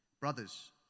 Brothers